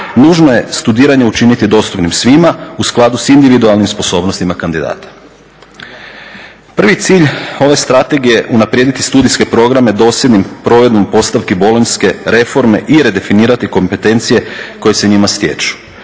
Nužno je studiranje učiniti dostupnim svima u skladu s individualnim sposobnostima kandidata. Prvi cilj ove strategije je unaprijediti studijske programe dosljednim provedbom postavki bolonjske reforme i redefinirati kompetencije koje se njima stječu.